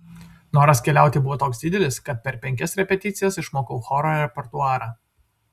noras keliauti buvo toks didelis kad per penkias repeticijas išmokau choro repertuarą